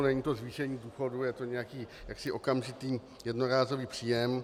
Není to zvýšení důchodu, je to nějaký jaksi okamžitý jednorázový příjem.